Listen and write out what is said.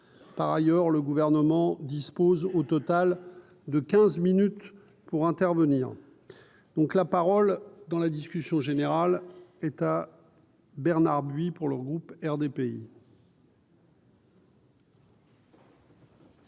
par ailleurs le gouvernement dispose au total de quinze minutes pour intervenir, donc la parole dans la discussion générale, Bernard buis pour le groupe RDPI.